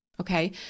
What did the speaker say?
Okay